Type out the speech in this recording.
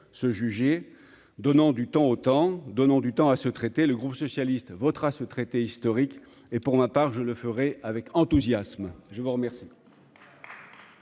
se juger donnant du temps au temps, donnons du temps à se traiter le groupe socialiste votera ce traité historique et pour ma part, je le ferais avec enthousiasme, je vous remercie.